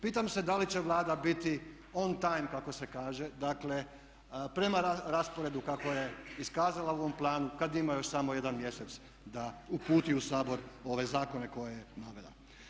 Pitam se da li će Vlada biti on time kako se kaže, dakle prema rasporedu kako je iskazala u ovom planu kad ima još samo jedan mjesec da uputi u Sabor ove zakone koje je navela.